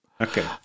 Okay